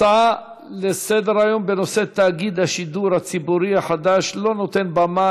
הצעות לסדר-היום בנושא: תאגיד השידור הציבורי החדש לא נותן במה